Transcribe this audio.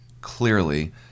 clearly